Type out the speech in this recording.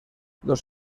los